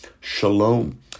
shalom